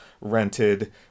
rented